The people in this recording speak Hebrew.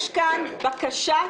יש כאן בקשת